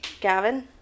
Gavin